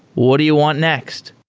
what do you want next?